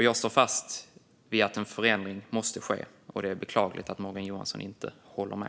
Jag står fast vid att en förändring måste ske. Det är beklagligt att Morgan Johansson inte håller med.